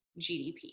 GDP